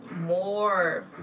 more